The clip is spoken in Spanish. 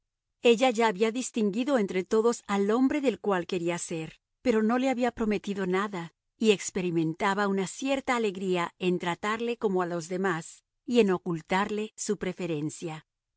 ella ya había distinguido entre todos al hombre del cual quería ser pero no le había prometido nada y experimentaba una cierta alegría en tratarle como a los demás y en ocultarle su preferencia